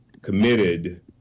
committed